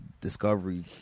Discovery